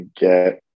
get